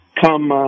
come